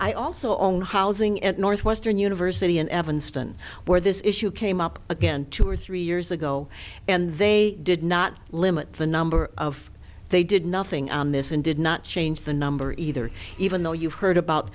i also on housing at northwestern university in evanston where this issue came up again two or three years ago and they did not limit the number of they did nothing on this and did not change the number either even though you've heard about